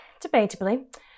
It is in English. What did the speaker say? debatably